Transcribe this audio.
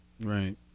Right